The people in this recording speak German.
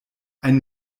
ein